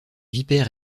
vipère